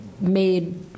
made